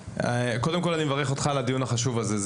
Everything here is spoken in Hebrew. אני מברך אותך על הדיון החשוב הזה.